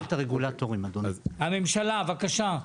הממשלה, בבקשה.